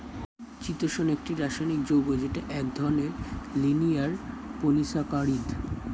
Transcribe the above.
চিতোষণ একটি রাসায়নিক যৌগ যেটা এক ধরনের লিনিয়ার পলিসাকারীদ